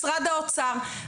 משרד האוצר.